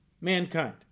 mankind